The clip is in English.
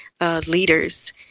Leaders